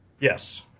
Yes